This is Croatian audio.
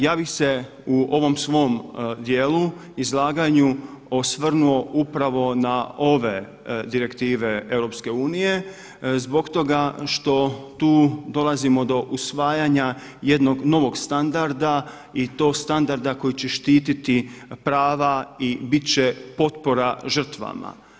Ja bih se u ovom svom dijelu, izlaganju osvrnuo upravo na ove direktive EU zbog toga što tu dolazimo do usvajanja jednog novog standarda i to standarda koji će štiti prava i biti će potpora žrtvama.